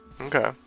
Okay